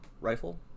rifle